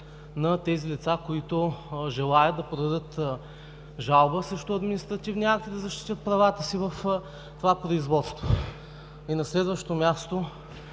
на тези лица, които желаят да подадат жалба срещу административния акт и да защитят правата си в това производство. На следващо място,